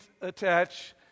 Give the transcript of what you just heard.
attach